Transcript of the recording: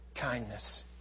kindness